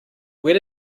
where